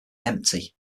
empty